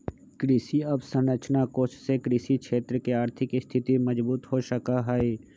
कृषि अवसरंचना कोष से कृषि क्षेत्र के आर्थिक स्थिति मजबूत हो सका हई